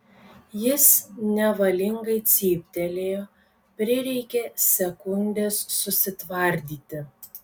jis nevalingai cyptelėjo prireikė sekundės susitvardyti